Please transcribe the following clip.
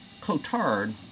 Cotard